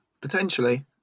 Potentially